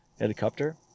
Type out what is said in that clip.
helicopter